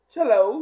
Hello